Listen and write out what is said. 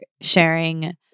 sharing